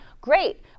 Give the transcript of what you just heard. great